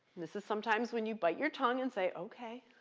this is sometimes when you bite your tongue and say, ok.